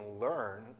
learn